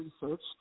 research